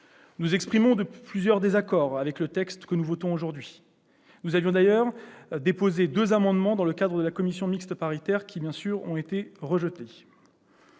Nous exprimons plusieurs désaccords avec le texte qui nous est aujourd'hui soumis. Nous avions d'ailleurs déposé deux amendements lors de la réunion de la commission mixte paritaire, mais, bien sûr, ils ont été rejetés.